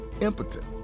impotent